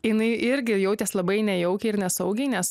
jinai irgi jautėsi labai nejaukiai ir nesaugiai nes